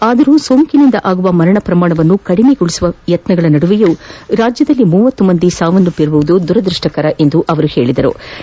ಆದರೂ ಸೋಂಕಿನಿಂದಾಗುವ ಮರಣ ಪ್ರಮಾಣವನ್ನು ಕಡಿಮೆಗೊಳಿಸುವ ಯತ್ನಗಳ ನಡುವೆಯೂ ರಾಜ್ಯದಲ್ಲಿ ಮೂವತ್ತು ಮಂದಿ ಸಾವನ್ನಪ್ಪಿರುವುದು ದುರದ್ಭಪ್ಪಕರ ಎಂದರು